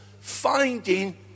finding